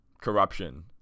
corruption